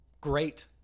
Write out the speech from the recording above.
Great